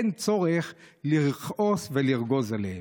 אין צורך לכעוס ולרגוז עליהם.